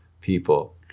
people